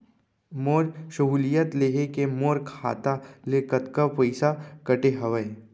मोर सहुलियत लेहे के मोर खाता ले कतका पइसा कटे हवये?